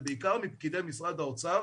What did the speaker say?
ובעיקר מפקידי משרד האוצר,